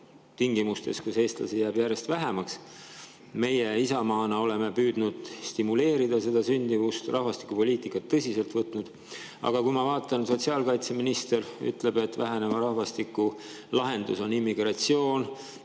tingimustes, kus eestlasi jääb järjest vähemaks. Meie Isamaa [Erakonnas] oleme püüdnud stimuleerida sündimust ja oleme rahvastikupoliitikat tõsiselt võtnud. Aga ma vaatan, et sotsiaalkaitseminister ütleb, et väheneva rahvastiku lahendus on immigratsioon.